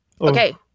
Okay